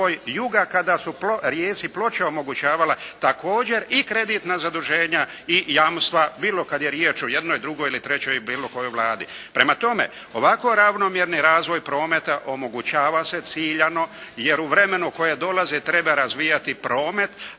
kada su Rijeci Ploče omogućavala također i kreditna zaduženja i jamstva bilo kad je riječ o jednoj, drugoj, trećoj ili bilo kojoj Vladi. Prema tome, ovako ravnomjerni razvoj prometa omogućava se ciljano jer u vremenu koje dolazi treba razvijati promet,